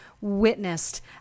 witnessed